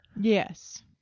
Yes